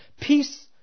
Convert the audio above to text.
peace